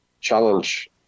challenge